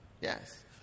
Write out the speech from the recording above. Yes